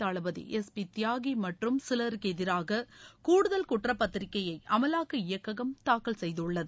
தளபதி S P Tyagi மற்றும் சிலருக்கு எதிராக கூடுதல் குற்றப் பத்திரிகையை அமலாக்க இயக்ககம் தாக்கல் செய்துள்ளது